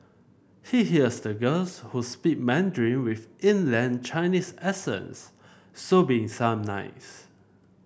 he hears the girls who speak Mandarin with inland Chinese accents sobbing some nights